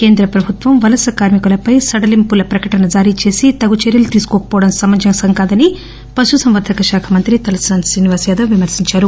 కేంద్ర ప్రభుత్వం వలస కార్మి కుల పై సడలింపుల ప్రకటన జారీచేసి తగు చర్యలు తీసుకోకపోవడం సమంజసం కాదని పశుసంవర్గక శాఖ మంత్రి తలసాని శ్రీనివాస్ యాదవ్ అన్నారు